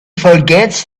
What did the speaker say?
forgets